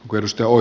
koivisto